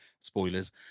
spoilers